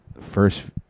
First